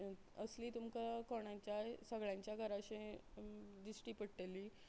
असली तुमकां कोणाच्या सगळ्यांच्या घरांचे दिश्टी पडटली